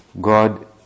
God